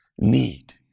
need